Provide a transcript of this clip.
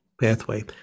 pathway